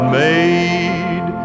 made